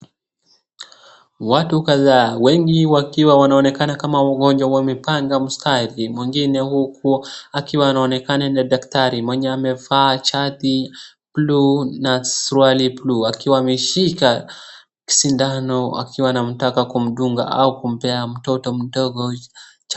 Watu kadhaa wengi wakiwa wanaonekana kama wagonjwa wamepanga mstari. Mwingine huku akiwa anaonekana ni daktari mwenye amevaa shati bluu na suruali bluu akiwa akiwa ameshika sindano akiwa anamtaka kumdunga ama kumpea mtoto mdogo chanjo.